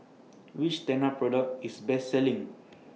Which Tena Product IS Best Selling